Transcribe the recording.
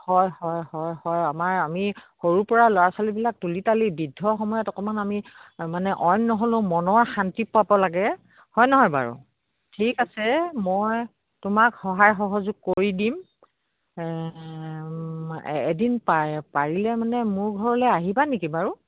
হয় হয় হয় হয় আমাৰ আমি সৰুৰ পৰা ল'ৰা ছোৱালীবিলাক তুলি তালি বৃদ্ধ সময়ত অকমান আমি মানে অইন নহ'লেও মনৰ শান্তি পাব লাগে হয় নহয় বাৰু ঠিক আছে মই তোমাক সহায় সহযোগ কৰি দিম এদিন পাই পাৰিলে মানে মোৰ ঘৰলে আহিবা নেকি বাৰু